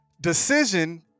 decision